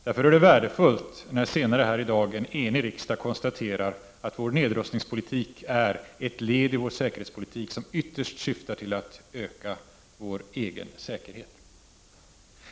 Därför är det värdefullt att senare här i dag en enig riksdag konstaterar att vår nedrustningspolitik är ”ett led i vår säkerhetspolitik, som ytterst syftar till att öka vår egen säkerhet”.